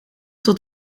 tot